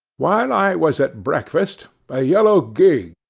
while i was at breakfast, a yellow gig,